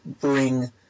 bring